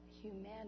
humanity